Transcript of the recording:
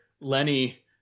Lenny